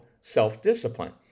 self-discipline